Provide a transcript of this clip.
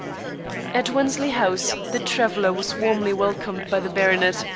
at wensley house the traveller was warmly welcomed by the baronet,